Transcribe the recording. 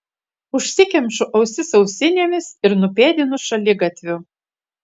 užsikemšu ausis ausinėmis ir nupėdinu šaligatviu